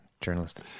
journalist